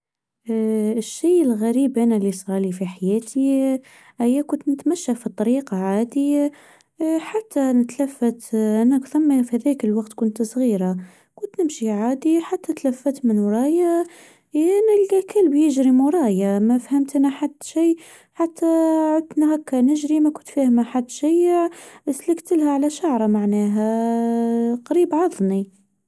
الشاي الغريب أنا اللي صارلي في حياتي أي كنت نتمشى في الطريق عادي حتى نتلفت حتي في هاذاك الوقت كنت صغيره كنت نمشي عادي حتى اتلفت من ورايا نلجى كلب يجري من ورايا ما فهمت انا حد شاي حتى عندنا هكا نجري ما كنت فاهمه حد شاي سلكت مرا علي شعره معناها قريب عظني.